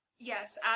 Yes